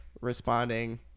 responding